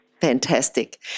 Fantastic